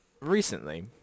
Recently